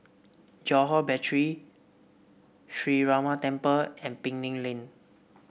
Johore Battery Sree Ramar Temple and Penang Lane